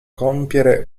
compiere